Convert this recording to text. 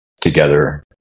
together